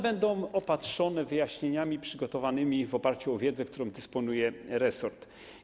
Będą one opatrzone wyjaśnieniami przygotowanymi w oparciu o wiedzę, którą dysponuje resort.